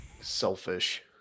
Selfish